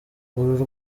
uru